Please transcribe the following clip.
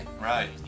Right